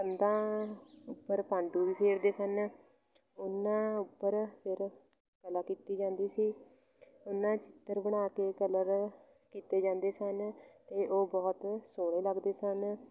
ਕੰਧਾਂ ਉੱਪਰ ਪਾਂਡੂ ਵੀ ਫੇਰਦੇ ਸਨ ਉਹਨਾਂ ਉੱਪਰ ਫਿਰ ਕਲਾ ਕੀਤੀ ਜਾਂਦੀ ਸੀ ਉਹਨਾਂ ਚਿੱਤਰ ਬਣਾ ਕੇ ਕਲਰ ਕੀਤੇ ਜਾਂਦੇ ਸਨ ਅਤੇ ਉਹ ਬਹੁਤ ਸੋਹਣੇ ਲੱਗਦੇ ਸਨ